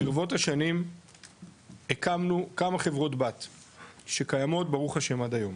ברבות השנים הקמנו כמה חברות בת שקיימות ברוך השם עד היום.